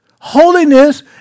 Holiness